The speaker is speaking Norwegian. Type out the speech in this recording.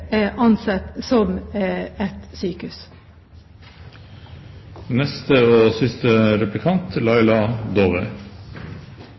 ansett som et